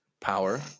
power